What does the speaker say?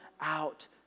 out